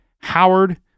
Howard